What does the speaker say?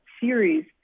series